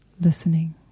listening